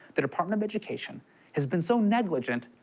the department of education has been so negligent,